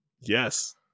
Yes